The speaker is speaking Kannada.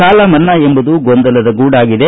ಸಾಲ ಮನ್ನಾ ಎಂಬುದು ಗೊಂದಲದ ಗೂಡಾಗಿದೆ